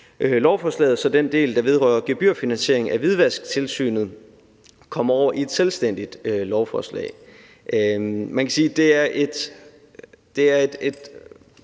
lovforslaget, så den del, der vedrører gebyrfinansiering af hvidvasktilsynet, kommer over i et selvstændigt lovforslag.